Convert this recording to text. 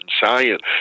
science